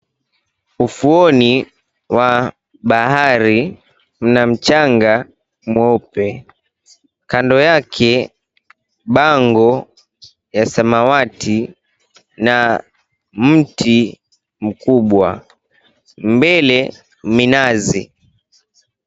Ufuoni wa bahari mna mchanga mweupe kando yake bango ya samawati na mti mkubwa mbele minazi.